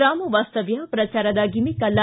ಗ್ರಾಮ ವಾಸ್ತವ್ದ ಪ್ರಚಾರದ ಗಿಮಿಕ್ ಅಲ್ಲ